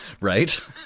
right